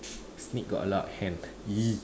snake got a lot of hands ah !ee!